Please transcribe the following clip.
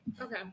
Okay